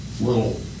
little